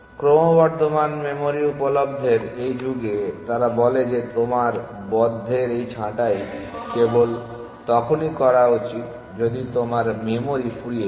ক্রমবর্ধমান মেমরি উপলব্ধের এই যুগে তারা বলে যে তোমার বদ্ধের এই ছাঁটাই কেবল তখনই করা উচিত যদি তোমার মেমরি ফুরিয়ে যায়